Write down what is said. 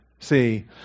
see